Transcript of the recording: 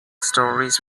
stories